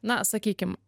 na sakykim